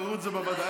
יבררו את זה בוועדה.